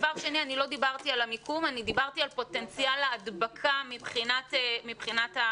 אני לא דיברתי על המיקום אלא דיברתי על פוטנציאל ההדבקה מבחינת המחלה,